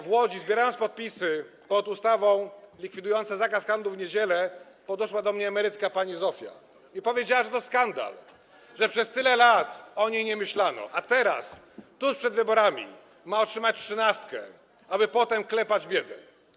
W Łodzi, gdy zbierałem podpisy pod ustawą likwidującą zakaz handlu w niedzielę, podeszła do mnie emerytka pani Zofia i powiedziała, że to skandal, że przez tyle lat o niej nie myślano, a teraz, tuż przed wyborami, ma otrzymać trzynastkę, aby potem klepać biedę.